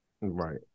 Right